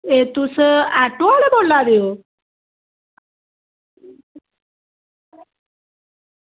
एह् तुस आटो आह्ले बोला दे ओ